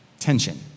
Tension